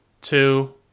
two